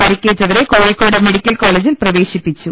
പരുക്കേറ്റവരെ Kozhikode medical കോളെജിൽ പ്രവേശിപ്പിച്ചു